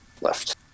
Left